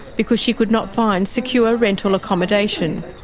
because she could not find secure rental accommodation.